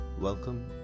Welcome